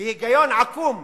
בהיגיון עקום,